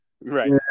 Right